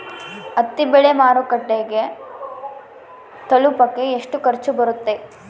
ಹತ್ತಿ ಬೆಳೆ ಮಾರುಕಟ್ಟೆಗೆ ತಲುಪಕೆ ಎಷ್ಟು ಖರ್ಚು ಬರುತ್ತೆ?